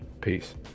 peace